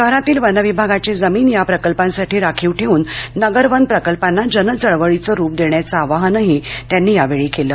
शहरातील वन विभागाची जमीन या प्रकल्पांसाठी राखीव ठेऊन नगर वन प्रकल्पाना जन चळवळीचं रूप देण्याचं आवाहनही त्यांनी केलं